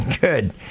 Good